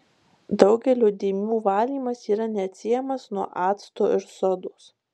daugelio dėmių valymas yra neatsiejamas nuo acto ir sodos